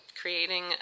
creating